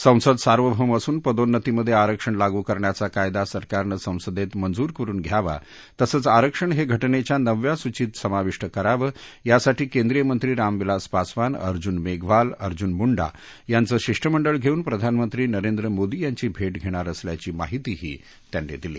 संसद सार्वभौम असून पदोन्नतीमध्ये आरक्षण लागू करण्याचा कायदा सरकारनं संसदेत मंजूर करुन घ्यावा तसंच आरक्षण हे घटनेच्या नवव्या सूचीत समाविष्ट करावं यासाठी केंद्रीय मंत्री रामविलास पासवान अर्जून मेघवाल अर्जून मुंडा यांचं शिष्टमंडळ घेऊन प्रधानमंत्री नरेंद्र मोदी यांची भेट घेणार असल्याची माहितीही त्यांनी दिली